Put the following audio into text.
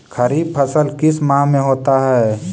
खरिफ फसल किस माह में होता है?